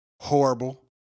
horrible